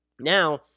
Now